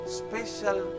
special